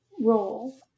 role